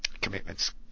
commitments